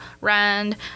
rand